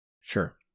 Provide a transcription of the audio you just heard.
Sure